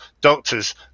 doctors